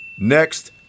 Next